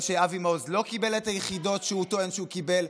שאבי מעוז לא קיבל את היחידות שהוא טוען שהוא קיבל,